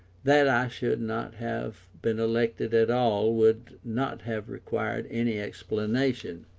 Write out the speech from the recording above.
that i should not have been elected at all would not have required any explanation